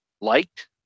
liked